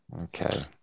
Okay